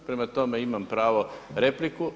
Prema tome, imam pravo repliku.